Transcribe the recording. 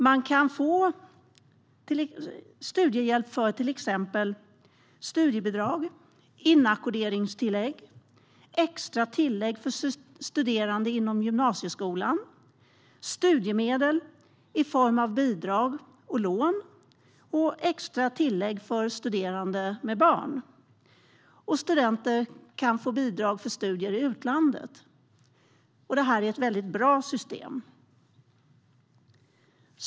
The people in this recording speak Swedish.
Man kan få studiehjälp i form av till exempel studiebidrag, inackorderingstillägg, extra tillägg för studerande inom gymnasieskolan, studiemedel bestående av bidrag och lån samt extra tillägg för studerande med barn. Studenter kan även få bidrag för studier i utlandet. Det här är ett väldigt bra system.